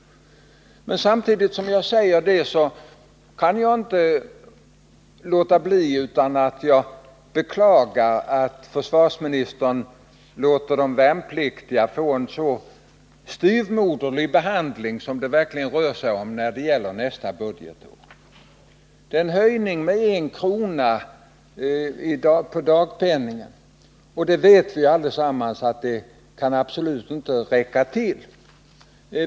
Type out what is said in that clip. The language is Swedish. Men samtidigt som jag säger det kan jag inte låta bli att beklaga att försvarsministern vill ge de värnpliktiga en så styvmoderlig behandling nästa budgetår. Han föreslår nämligen en höjning av dagpenningen med I kr. Vi vet allesammans att det absolut inte kan räcka till.